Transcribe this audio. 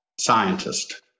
Scientist